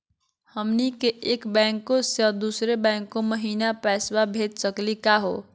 हमनी के एक बैंको स दुसरो बैंको महिना पैसवा भेज सकली का हो?